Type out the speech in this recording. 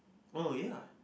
oh ya